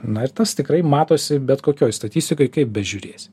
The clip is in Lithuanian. na ir tas tikrai matosi bet kokioj statistikoj kaip bežiūrėsi